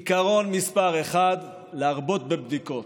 עיקרון מספר אחת: להרבות בבדיקות.